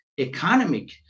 economic